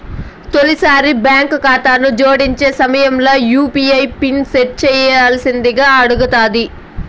తొలిసారి బాంకు కాతాను జోడించే సమయంల యూ.పీ.ఐ పిన్ సెట్ చేయ్యాల్సిందింగా అడగతాది